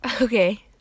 Okay